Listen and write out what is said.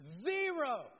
zero